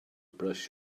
brush